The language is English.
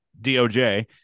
DOJ